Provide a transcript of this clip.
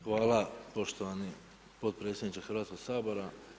Hvala poštovani potpredsjedniče Hrvatskog sabora.